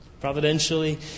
Providentially